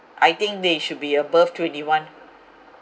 I think they should be above twenty one